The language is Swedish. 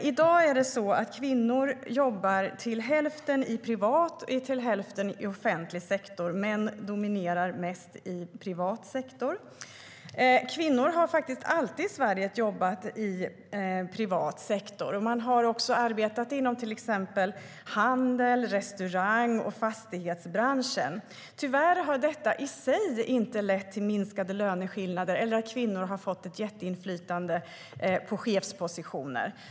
I dag jobbar kvinnor till hälften i privat sektor och till hälften i offentlig, medan män dominerar mest i privat sektor. Kvinnor har alltid jobbat i privat sektor i Sverige. De har jobbat inom handel, restaurangbranschen och fastighetsbranschen. Tyvärr har detta i sig inte lett till minskade löneskillnader eller till att kvinnor fått ett jätteinflytande på chefspositioner.